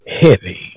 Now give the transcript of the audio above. heavy